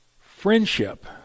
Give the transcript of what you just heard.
friendship